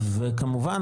וכמובן,